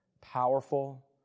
Powerful